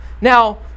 Now